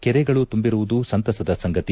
ಕೆರೆಗಳು ತುಂಬಿರುವುದು ಸಂತಸದ ಸಂಗತಿ